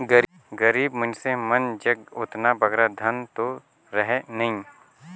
गरीब मइनसे मन जग ओतना बगरा धन दो रहें नई